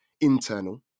internal